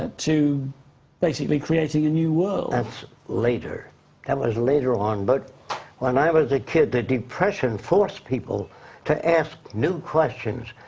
ah to basically creating a new world. that's later, that kind of was later on. but when i was a kid, the depression forced people to ask new questions.